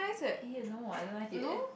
!eeyer! no I don't like it